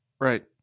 Right